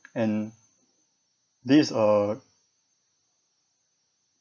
and this uh